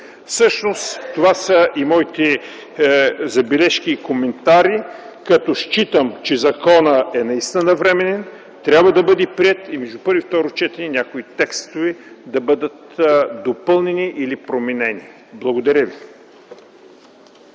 Всъщност това са моите забележки и коментари. Считам, че законопроектът е наистина навременен, трябва да бъде приет и между първо и второ четене някои текстове да бъдат допълнени или променени. Благодаря ви.